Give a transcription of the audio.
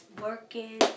Working